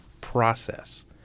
process